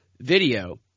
video